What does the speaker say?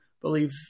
believe